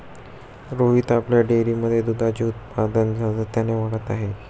रोहित आपल्या डेअरीमध्ये दुधाचे उत्पादन सातत्याने वाढवत आहे